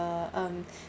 um